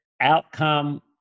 outcome